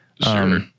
Sure